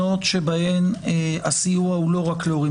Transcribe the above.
שבתוכניות שבהן הסיוע הוא לא רק להורים